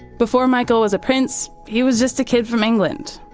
before michael was a prince, he was just a kid from england.